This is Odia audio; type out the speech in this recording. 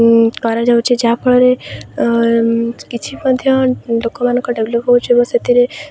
କରାଯାଉଛି ଯାହାଫଳରେ କିଛି ମଧ୍ୟ ଲୋକମାନଙ୍କ ଡେଭଲପ୍ ହେଉଛି ଏବଂ ସେଥିରେ